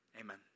amen